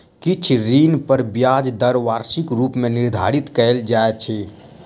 किछ ऋण पर ब्याज दर वार्षिक रूप मे निर्धारित कयल जाइत अछि